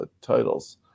titles